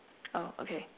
oh okay